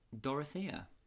Dorothea